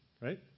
right